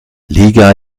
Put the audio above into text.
liga